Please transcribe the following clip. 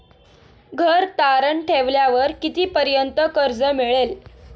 घर तारण ठेवल्यावर कितीपर्यंत कर्ज मिळेल?